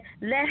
let